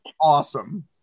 awesome